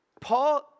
Paul